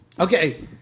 Okay